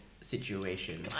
situation